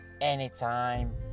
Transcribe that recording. anytime